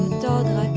dogs